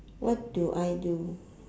what do I do